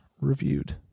reviewed